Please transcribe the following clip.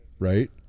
Right